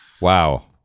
Wow